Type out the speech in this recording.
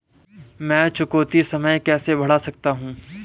मैं चुकौती समय कैसे बढ़ा सकता हूं?